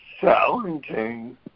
challenging